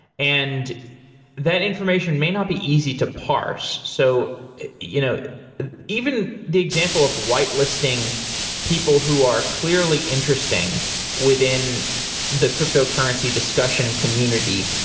and that information may not be easy to parse. so you know even the example of whitelisting people who are clearly interesting within the cryptocurrency discussion community,